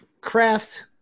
craft